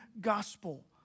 gospel